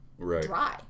dry